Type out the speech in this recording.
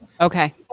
okay